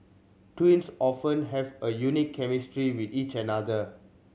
twins often have a unique chemistry with each another